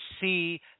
see